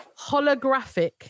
Holographic